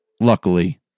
luckily